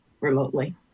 remotely